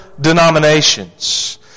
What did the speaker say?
denominations